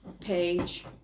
page